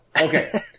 Okay